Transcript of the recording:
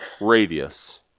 radius